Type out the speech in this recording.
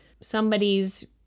somebody's